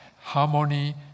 Harmony